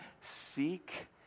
Seek